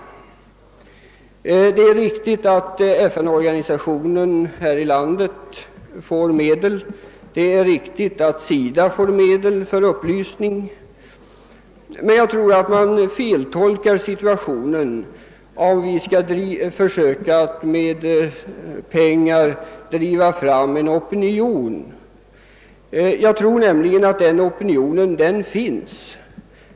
Det är riktigt att FN-organisationen här i landet får medel och det är också riktigt att SIDA får pengar för upplysning. Men jag tror man feltolkar situationen, om man med penningmedel vill försöka driva fram en opinion. Enligt min mening finns nämligen opinionen.